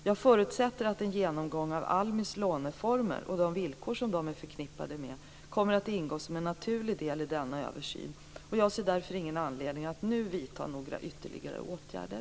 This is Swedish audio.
Jag förutsätter att en genomgång av ALMI:s låneformer och de villkor som dessa är förknippade med kommer att ingå som en naturlig del i denna översyn. Jag ser därför ingen anledning att nu vidta några ytterligare åtgärder.